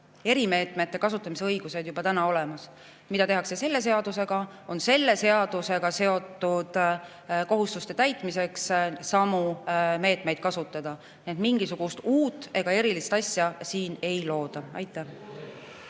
erimeetmete kasutamise õigused juba täna olemas. Mida tehakse selle seadusega? [Võimaldatakse] selle seadusega seotud kohustuste täitmiseks samu meetmeid kasutada. Mingisugust uut ja erilist asja siin ei looda. Aitäh